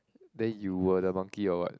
then you were the monkey or what